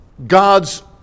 God's